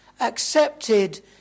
accepted